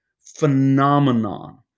phenomenon